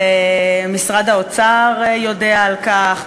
ומשרד האוצר יודע על כך,